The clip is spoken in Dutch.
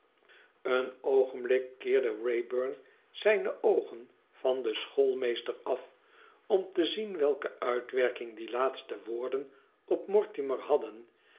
een oogenblik keerde wrayburn zijne oogen van den schoolmeester af om te zien welke uitwerking die laatste woorden op mortimer hadden